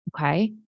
Okay